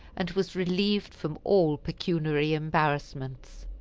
and was relieved from all pecuniary embarrassments.